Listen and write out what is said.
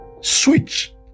switch